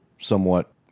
somewhat